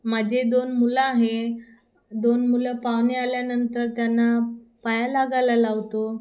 माझे दोन मुलं आहे दोन मुलं पाहुणे आल्यानंतर त्यांना पाया लागायला लावतो